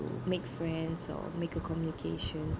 make friends or make a communication